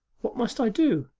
what must i do?